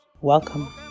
Welcome